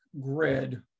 grid